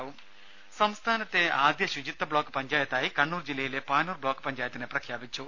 രുമ സംസ്ഥാനത്തെ ആദ്യ ശുചിത്വ ബ്ലോക്ക് പഞ്ചായത്തായി കണ്ണൂർ ജില്ലയിലെ പാനൂർ ബ്ലോക്ക് പഞ്ചായത്തിനെ പ്രഖ്യാപിച്ചു